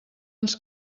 ens